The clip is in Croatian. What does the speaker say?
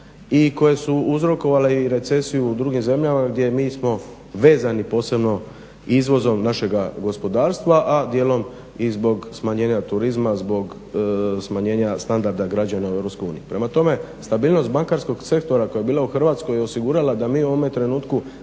i koje su uzrokovale i recesiju u drugim zemljama gdje mi smo vezani, posebno izvozom našega gospodarstva, a dijelom i zbog smanjenja turizma, zbog smanjenja standarda građana u Europskoj uniji. Prema tome, stabilnost bankarskog sektora koja je bila u Hrvatskoj je osigurala da mi u ovome trenutku